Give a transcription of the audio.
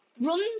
Runs